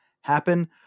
happen